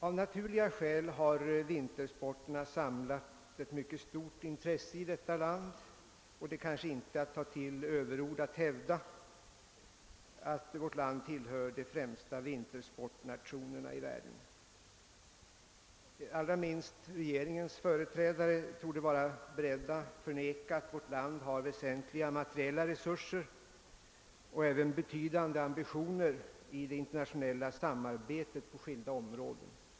Av naturliga skäl har vintersporterna tilldragit sig ett mycket stort intresse i vårt land, och man tar nog inte till överord om man hävdar att vi tillhör de främsta vintersportsnationerna i världen. Allra minst regeringens företrädare torde vara beredda att förneka att vårt land har väsentliga materiella resurser och även betydande ambitioner i det internationella samarbetet på skilda områden.